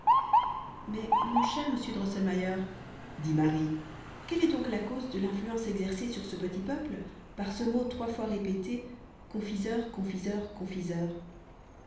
mais mon cher monsieur drosselmayer dit marie quelle est donc la cause de l'influence exercée sur ce petit peuple par ce mot trois fois répété confiseur confiseur confiseur